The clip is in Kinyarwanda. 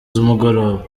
z’umugoroba